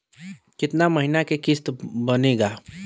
कितना महीना के किस्त बनेगा?